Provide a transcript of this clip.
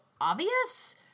Obvious